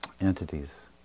entities